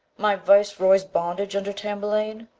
my viceroys' bondage under tamburlaine,